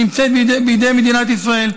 הן נמצאות בידי מדינת ישראל.